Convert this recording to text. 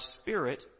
spirit